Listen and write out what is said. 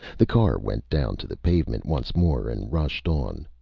the car went down to the pavement once more and rushed on.